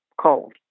cold